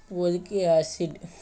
oleic acid